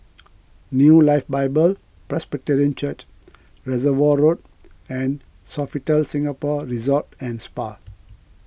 New Life Bible Presbyterian Church Reservoir Road and Sofitel Singapore Resort and Spa